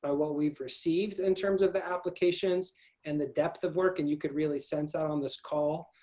ah what we've received in terms of the applications and the depth of work and you could really sense out on this call.